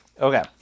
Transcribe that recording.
Okay